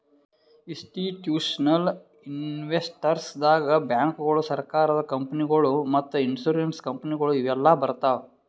institutional investors ದಾಗ್ ಬ್ಯಾಂಕ್ಗೋಳು, ಸರಕಾರದ ಕಂಪನಿಗೊಳು ಮತ್ತ್ ಇನ್ಸೂರೆನ್ಸ್ ಕಂಪನಿಗೊಳು ಇವೆಲ್ಲಾ ಬರ್ತವ್